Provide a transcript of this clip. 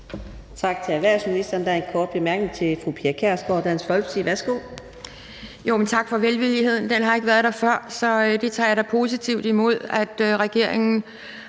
Tak til erhvervsministeren. Der er en kort bemærkning til fru Pia Kjærsgaard, Dansk Folkeparti. Værsgo. Kl. 17:56 Pia Kjærsgaard (DF): Tak for velvilligheden. Den har ikke været der før, så jeg tager da positivt imod, at regeringen